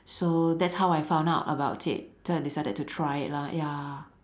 so that's how I found out about it so I decided to try it lah ya